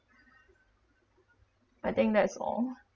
I think that's all